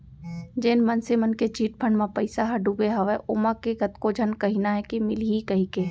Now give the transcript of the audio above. जेन मनसे मन के चिटफंड म पइसा ह डुबे हवय ओमा के कतको झन कहिना हे मिलही कहिके